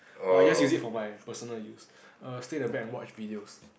but I just use it for my personal use err stay in the bank and watch videos